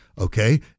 Okay